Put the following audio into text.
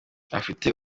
afite